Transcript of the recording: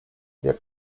jak